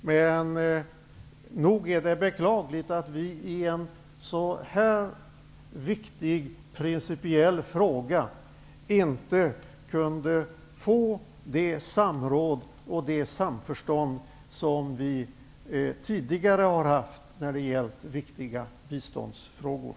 Men nog är det beklagligt att vi i en så här viktig principiell fråga inte kunde få det samråd och det samförstånd som vi tidigare haft när det gällt viktiga biståndsfrågor.